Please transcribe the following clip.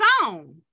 gone